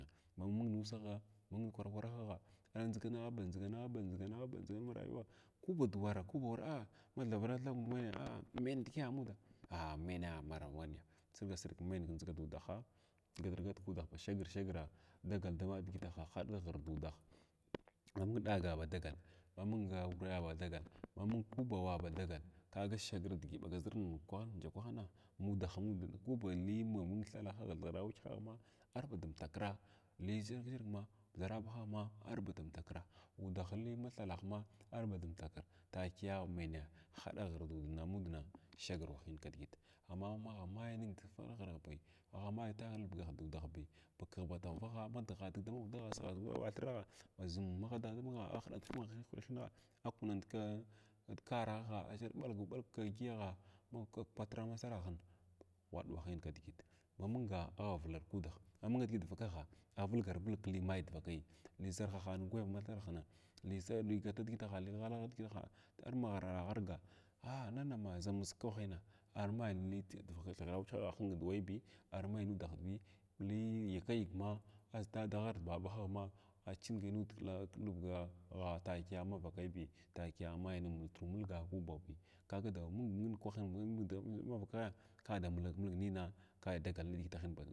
Ma ma mung nusagha mung na kwaw kwaraha gha aba ndʒigana ba ndʒigan ba ndʒigana ba ndʒigan nun ma rayuwagh ko badwar ko ba war a mathavara thig menye a meny digiya a muda a menye, marawa wana sirga sirgg meny ki ndʒiga duda gata gatr kudagh ba shagr shagra dagal da ɓa digitaha haɗa ghir dudah mamung ɗaga ba dagal mamung na aureya ba dagal ma mung ba ku awa ba dagal kaga shagr nidiga ɓag zrin kwah ivdya kwahin mu dahin ko bn li mamung ma thalahagh ma thighara wakyega arba dumtakra li zharzhargma zarba haghma ar ba dumtakra udah li ma thalh ma ar ba dumtakra takiya menye haɗa ghr dud amudna shagr wahin kdgit amma magh may ning da fara ghrbi ammay ta albug dudahbi ba kiʒh ba daghwavagha ba dgha dug da ma gudagh sigha sig vaka ba thre azumma a hiɗant ku wakyegha hinehaghg a kunnanta ka karagha a ɓalgu ɓalg ki dyiyagha a patrama masaraghin ghwaɗwahin kidigitin ma munga arlar kudah ma mung nidigit vakagh a vulgar vulga klimaya dvakayi, li zarhaha gwayav ma thalahna li, ligata diginnahna ta ghala digitahan, ma ghalara ghalga a nanamaa zamu zig kwahina armay li da vakay na thighara wakyeha ar hing du wai bi armai nudahbi li yika yigma aʒdadaghs ar daʒ ba bahmaa archingai nud ka kilɓuggha takiya mava kaibi takiya mai ning multuru mulga ku bahbi kaga dga kwah mung kwahin mavakai ka da mulku mulgnina ka dagal nidigitin.